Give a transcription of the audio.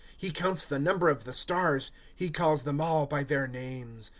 he counts the number of the stars he calls them all by their names.